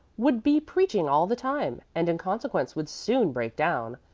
would be preaching all the time, and in consequence would soon break down.